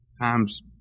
times